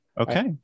Okay